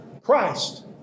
Christ